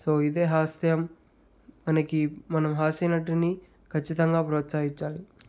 so ఇదే హాస్యం మనకి మనం హాస్యనటుని ఖచ్చితంగా ప్రోత్సహించాలి